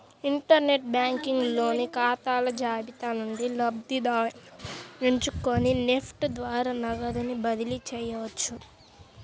inter net banking లోని ఖాతాల జాబితా నుండి లబ్ధిదారుని ఎంచుకొని నెఫ్ట్ ద్వారా నగదుని బదిలీ చేయవచ్చు